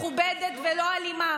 מכובדת ולא אלימה,